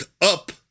up